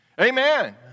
Amen